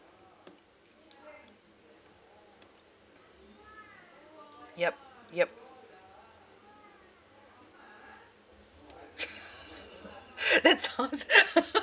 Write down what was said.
yup yup that's hard